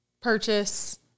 purchase